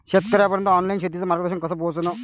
शेतकर्याइपर्यंत ऑनलाईन शेतीचं मार्गदर्शन कस पोहोचन?